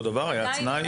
אותו דבר, היה תנאי?